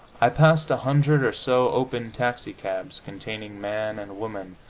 i passed a hundred or so open taxicabs containing man and woman,